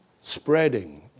spreading